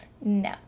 no